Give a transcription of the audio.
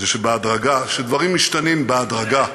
דברים משתנים בהדרגה,